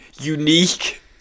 Unique